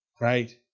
Right